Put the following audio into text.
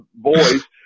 voice